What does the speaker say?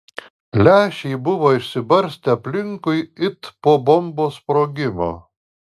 lęšiai buvo išsibarstę aplinkui it po bombos sprogimo